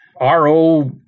RO